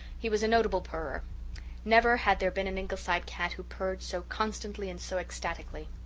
he was a notable purrer never had there been an ingleside cat who purred so constantly and so ecstatically.